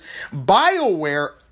Bioware